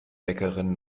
bäckerin